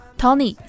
Tony